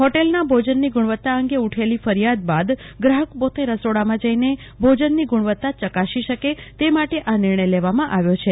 હોટલના ભોજનની ગુણવતા અંગે ઉઠેલી ફરિયાદ બાદ ગ્રાફક પોતે રસોડામાં જઈ ભોજનની ગુણવતા યકાસી શકે તે માટે આ નિર્ણય લેવામાં આવ્યો છે